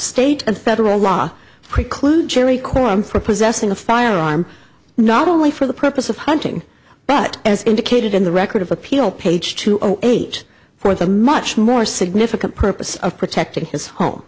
state and federal law preclude cherry crime for possessing a firearm not only for the purpose of hunting but as indicated in the record of appeal page two zero zero eight for the much more significant purpose of protecting his home